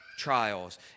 Trials